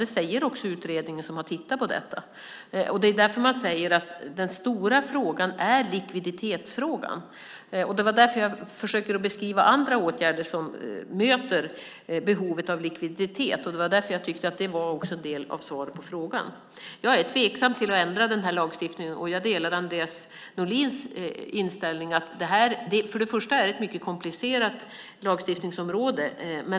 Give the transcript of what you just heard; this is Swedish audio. Det säger också den utredning som har tittat på detta. Man säger att den stora frågan är likviditetsfrågan. Därför försöker jag beskriva andra åtgärder just för att möta behovet av likviditet och därför tycker jag att det är en del av svaret på frågan. Jag är tveksam till att ändra den här lagstiftningen och delar Andreas Norléns inställning. Först och främst är detta ett mycket komplicerat lagstiftningsområde.